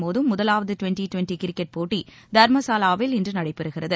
மோதம் முதலாவதுட்வெண்ட்டிட்வெண்ட்டிகிரிக்கெட் போட்டிதர்மசாலாவில் இன்றுநடைபெறுகிறது